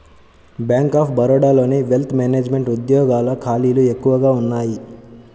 bank of బరోడాలోని wealth management ఉద్యోగాల ఖాళీలు ఎక్కువగా ఉన్నయ్యి